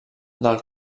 del